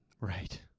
Right